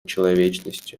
человечности